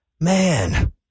man